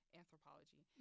anthropology